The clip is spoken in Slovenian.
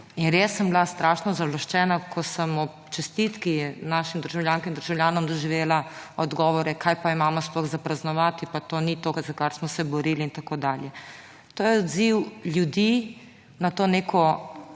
in res sem bila strašno užaloščena, ko sem ob čestitki našim državljankam in državljanom doživela odgovore, kaj pa imamo sploh za praznovati, pa to ni to, za kar smo se borili in tako dalje. To je odziv ljudi na to neko